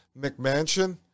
McMansion